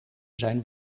zijn